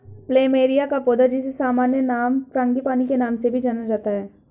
plumeria का पौधा, जिसे सामान्य नाम फ्रांगीपानी के नाम से भी जाना जाता है